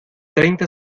treinta